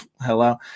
hello